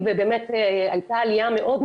ישנם אנשים שבשגרה